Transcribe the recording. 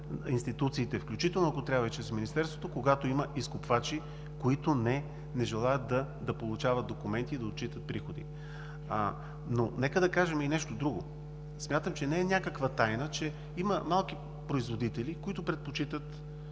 институциите. Включително и чрез Министерството, ако трябва, когато има изкупвачи, които не желаят да получават документи и да отчитат приходи. Нека да кажем и нещо друго. Смятам, че не е някаква тайна, че има малки производители, които предпочитат